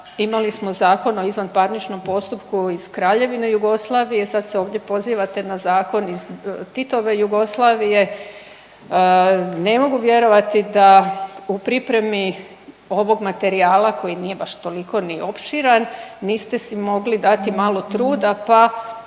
imali smo Zakon o izvanparničnom postupku iz Kraljevine Jugoslavije, sad se ovdje pozivate na zakon iz Titove Jugoslavije. Ne mogu vjerovati da u pripremi ovog materijala koji nije baš toliko ni opširan niste si mogli dati malo truda pa